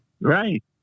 Right